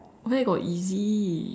where got easy